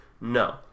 No